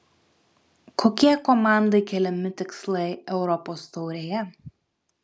kokie komandai keliami tikslai europos taurėje